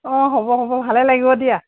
অঁ হ'ব হ'ব ভালে লাগিব দিয়া